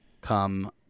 come